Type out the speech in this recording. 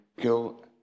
kill